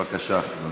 בבקשה.